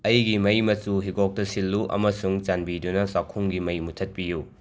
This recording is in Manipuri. ꯑꯩꯒꯤ ꯃꯩ ꯃꯆꯨ ꯍꯤꯒꯣꯛꯇ ꯁꯤꯜꯂꯨ ꯑꯃꯁꯨꯡ ꯆꯥꯟꯕꯤꯗꯨꯅ ꯆꯥꯈꯨꯝꯒꯤ ꯃꯩ ꯃꯨꯊꯠꯄꯤꯌꯨ